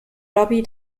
lobby